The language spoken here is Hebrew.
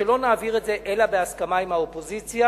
שלא נעביר את זה אלא בהסכמה עם האופוזיציה,